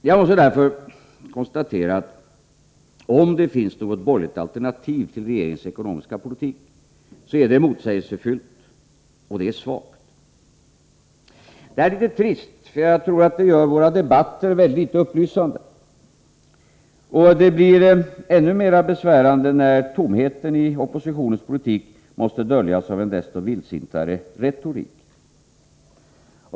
Jag kan konstatera, att om det finns något borgerligt alternativ till regeringens ekonomiska politik, är det motsägelsefullt och svagt. Det är litet trist, för jag tror att det gör våra debatter väldigt litet upplysande. Det blir ännu mera besvärande när tomheten i oppositionens politik måste döljas av en desto vildsintare retorik.